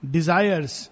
Desires